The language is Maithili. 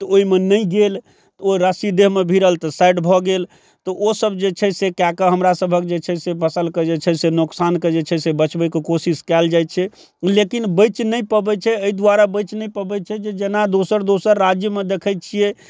तऽ ओहिमे नहि गेल ओ रस्सी देहमे भिरल तऽ साइड भऽ गेल तऽ ओ सभ जे छै से कए कऽ हमरा सभक जे छै से फसलके जे छै से नुकसानके जे छै से बचबैके कोशिश कयल जाइ छै लेकिन बचि नहि पबै छै एहि दुआरे बचि नहि पबै छै जेना दोसर दोसर राज्य मे देखै छियै